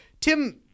Tim